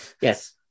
Yes